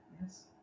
Yes